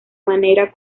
manera